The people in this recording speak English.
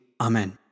Amen